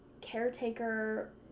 caretaker